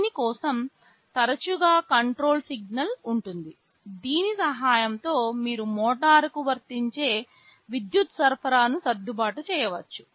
దీని కోసం తరచుగా కంట్రోల్ సిగ్నల్ ఉంటుంది దీని సహాయంతో మీరు మోటారుకు వర్తించే విద్యుత్ సరఫరాను సర్దుబాటు చేయవచ్చు